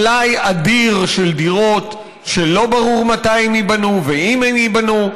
יצר מלאי אדיר של דירות שלא ברור מתי הן ייבנו ואם הן ייבנו.